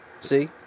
See